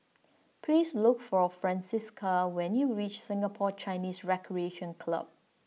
please look for Francisca when you reach Singapore Chinese Recreation Club